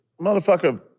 motherfucker